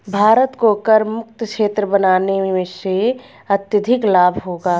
भारत को करमुक्त क्षेत्र बनाने से अत्यधिक लाभ होगा